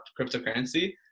cryptocurrency